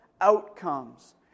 outcomes